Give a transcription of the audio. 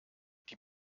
die